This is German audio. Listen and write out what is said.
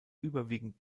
überwiegend